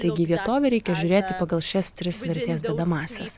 taigi į vietovę reikia žiūrėti pagal šias tris vertės dedamąsias